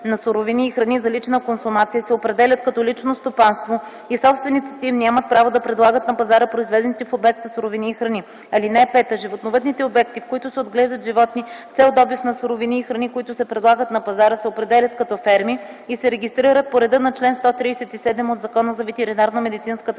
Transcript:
на суровини и храни за лична консумация, се определят като лично стопанство и собствениците им нямат право да предлагат на пазара произведените в обекта суровини и храни. (5) Животновъдните обекти, в които се отглеждат животни с цел добив на суровини и храни, които се предлагат на пазара, се определят като „ферми” и се регистрират по реда на чл. 137 от Закона за ветеринарномедицинската